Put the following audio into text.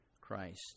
Christ